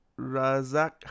Razak